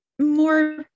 more